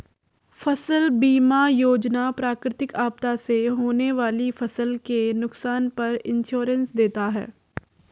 फसल बीमा योजना प्राकृतिक आपदा से होने वाली फसल के नुकसान पर इंश्योरेंस देता है